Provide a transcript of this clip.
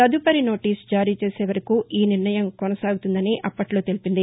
తదుపరి నోటీసు జారీ చేసే వరకు ఈ నిర్ణయం కొససాగుతుందని అప్పట్లో తెలిపింది